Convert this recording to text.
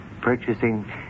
purchasing